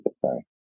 sorry